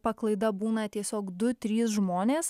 paklaida būna tiesiog du trys žmonės